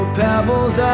pebbles